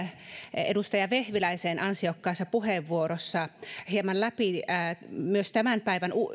edustaja vehviläisen ansiokkaassa puheenvuorossa hieman läpi myös ylen tämän päivän